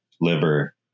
liver